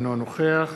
אינו נוכח